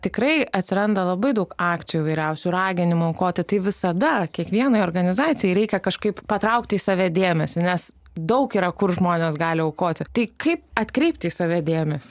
tikrai atsiranda labai daug akcijų įvairiausių ir raginimų aukoti tai visada kiekvienai organizacijai reikia kažkaip patraukti į save dėmesį nes daug yra kur žmonės gali aukoti tai kaip atkreipti į save dėmesį